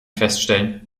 feststellen